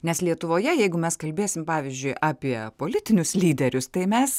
nes lietuvoje jeigu mes kalbėsim pavyzdžiui apie politinius lyderius tai mes